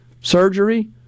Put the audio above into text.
Surgery